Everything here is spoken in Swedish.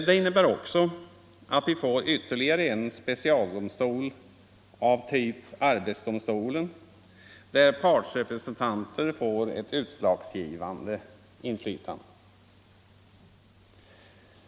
Det innebär också att vi får ytterligare en specialdomstol av typ arbetsdomstolen, där partsrepresentanter har ett utslagsgivande inflytande.